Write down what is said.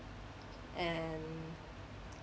and